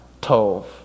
tov